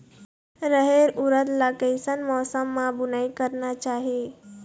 रहेर उरद ला कैसन मौसम मा बुनई करना चाही?